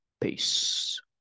Peace